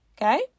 okay